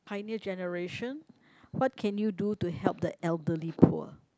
pioneer generation what can you do to help the elderly poor